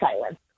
silence